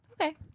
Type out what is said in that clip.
Okay